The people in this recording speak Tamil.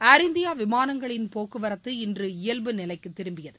ஏர் இந்தியா விமானங்களின் போக்குவரத்து இன்று இயல்புநிலைக்கு திரும்பியது